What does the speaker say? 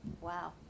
Wow